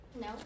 No